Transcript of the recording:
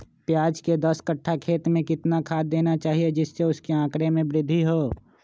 प्याज के दस कठ्ठा खेत में कितना खाद देना चाहिए जिससे उसके आंकड़ा में वृद्धि हो?